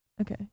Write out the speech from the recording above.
Okay